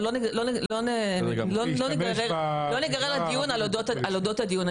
אבל לא ניגרר לדיון על אודות הדיון.